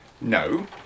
No